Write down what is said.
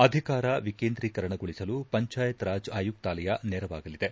ಅಧಿಕಾರ ವಿಕೇಂದ್ರೀಕರಣಗೊಳಿಸಲು ಪಂಚಾಯತ್ ರಾಜ್ ಆಯುಕ್ನಾಲಯ ನೆರವಾಗಲಿದೆ